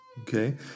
Okay